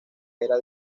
era